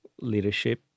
leadership